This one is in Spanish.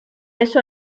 eso